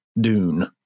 Dune